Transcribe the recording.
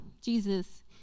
Jesus